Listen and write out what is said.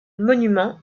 monument